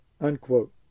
unquote